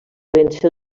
vèncer